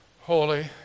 holy